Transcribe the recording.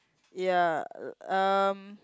ya um